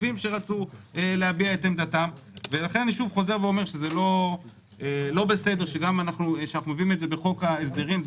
אני חוזר ואומר שלא בסדר שמביאים את זה בחוק ההסדרים.